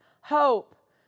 hope